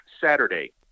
Saturday